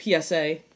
PSA